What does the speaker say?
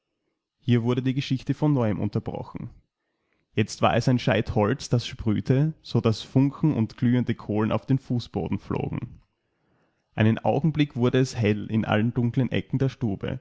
hier wurde die geschichte von neuem unterbrochen jetzt war es ein scheit holz das sprühte so daß funken und glühende kohlen auf den fußboden flogen einen augenblick wurde es hell in all den dunklen ecken der stube